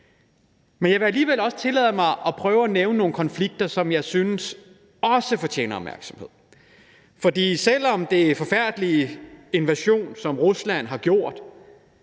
Men jeg vil alligevel tillade mig at nævne nogle konflikter, som jeg synes også fortjener opmærksomhed. For selv om den forfærdelige invasion, som Rusland har